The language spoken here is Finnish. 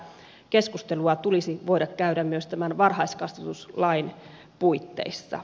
tätä keskustelua tulisi voida käydä myös tämän varhaiskasvatuslain puitteissa